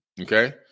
Okay